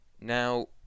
Now